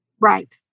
Right